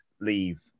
leave